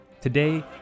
Today